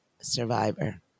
Survivor